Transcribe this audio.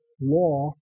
law